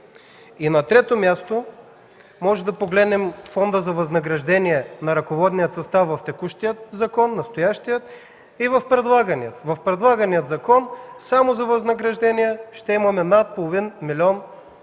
На трето място, можем да погледнем фонда за възнаграждения на ръководния състав в текущия, настоящия закон и в предлагания. В предлагания закон само за възнаграждения ще има над половин милион лева